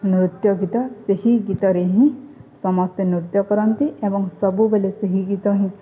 ନୃତ୍ୟ ଗୀତ ସେହି ଗୀତରେ ହିଁ ସମସ୍ତେ ନୃତ୍ୟ କରନ୍ତି ଏବଂ ସବୁବେଳେ ସେହି ଗୀତ ହିଁ